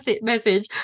message